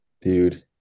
Dude